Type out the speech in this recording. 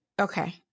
okay